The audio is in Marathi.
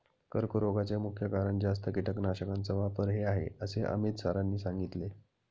कर्करोगाचे मुख्य कारण जास्त कीटकनाशकांचा वापर हे आहे असे अमित सरांनी सांगितले